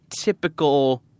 typical